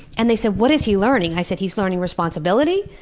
and they said, what is he learning? i said, he's learning responsibility,